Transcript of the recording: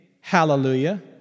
Hallelujah